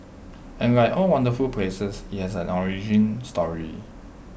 and like all wonderful places IT has an origin story